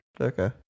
Okay